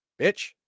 Bitch